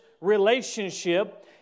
relationship